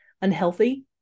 unhealthy